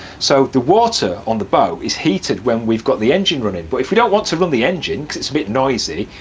so the water on the boat is heated when we've got the engine running, but if we don't want to run the engine cos it's a bit noisy,